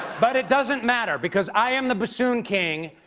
but it doesn't matter because i'm the bassoon king.